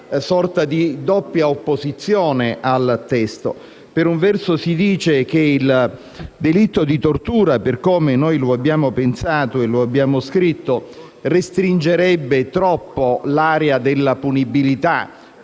in una sorta di doppia opposizione al testo. Per un verso, si dice che il delitto di tortura, per come noi lo abbiamo pensato e scritto, restringerebbe troppo l'area della punibilità.